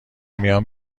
میام